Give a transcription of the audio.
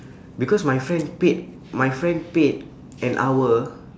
because my friend paid my friend paid an hour